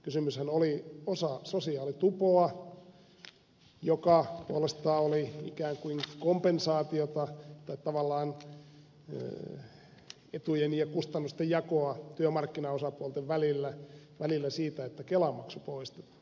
kysymyshän oli osasta sosiaalitupoa joka puolestaan oli ikään kuin kompensaatiota tai tavallaan etujen ja kustannusten jakoa työmarkkinaosapuolten välillä siitä että kelamaksu poistettiin